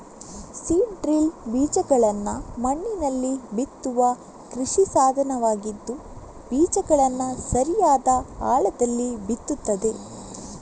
seed drill ಬೀಜಗಳನ್ನ ಮಣ್ಣಿನಲ್ಲಿ ಬಿತ್ತುವ ಕೃಷಿ ಸಾಧನವಾಗಿದ್ದು ಬೀಜಗಳನ್ನ ಸರಿಯಾದ ಆಳದಲ್ಲಿ ಬಿತ್ತುತ್ತದೆ